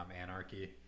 anarchy